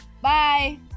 Bye